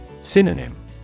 Synonym